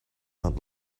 not